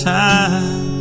time